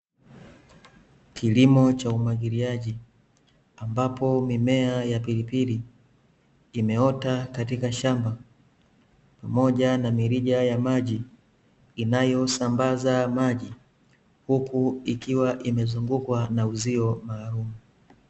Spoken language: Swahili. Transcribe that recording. Kilimo cha umwagiliaji, ambapo mimea ya pilipili, imeota katika shamba, pamoja na mirija ya maji, inayosambaza maji, huku ikiwa imezungukwa na uzio maalumu.